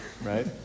right